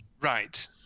Right